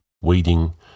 weeding